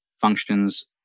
functions